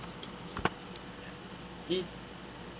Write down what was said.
this